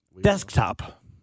Desktop